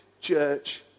church